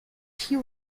she